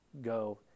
go